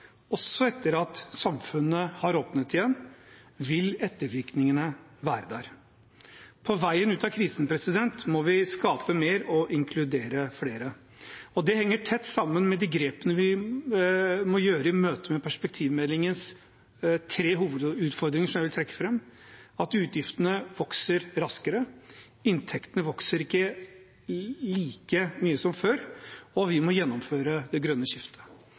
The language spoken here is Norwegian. Også etter at samfunnet har åpnet igjen, vil ettervirkningene være der. På veien ut av krisen må vi skape mer og inkludere flere. Det henger tett sammen med de grepene vi må gjøre i møte med perspektivmeldingens tre hovedutfordringer, som jeg vil trekke fram: Utgiftene vokser raskere. Inntektene vokser ikke like mye som før. Vi må gjennomføre det grønne skiftet.